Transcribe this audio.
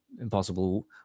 impossible